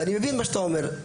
ואני מבין מה שאתה אומר,